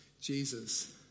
Jesus